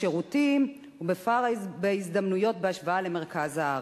בשירותים ובפער בהזדמנויות בהשוואה למרכז הארץ.